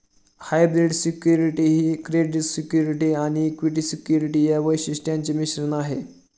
hybrid security ही credit security आणि equity security या वैशिष्ट्यांचे मिश्रण आहे